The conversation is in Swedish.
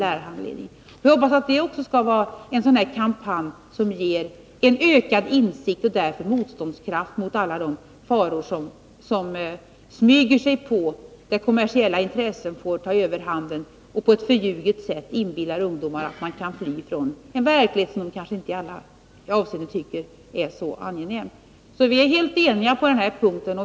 Jag hoppas att detta också skall vara en kampanj som ger ökad insikt och därmed motståndskraft mot alla de faror som smyger sig på när kommersiella intressen får ta överhanden och på ett förljuget sätt inbillar ungdomen att man kan fly från en verklighet som kanske inte i alla avseenden är så angenäm. Vi är alltså helt eniga på den här punkten.